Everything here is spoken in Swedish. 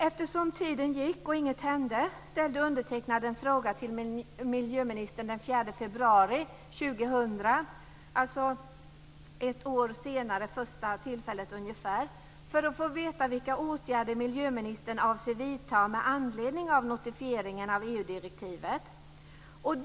Eftersom tiden gick och ingenting hände ställde jag en fråga till miljöministern den 4 februari 2000 - alltså ungefär ett år efter det första tillfället - för att få veta vilka åtgärder miljöministern avser vidta med anledning av notifieringen av EU-direktivet.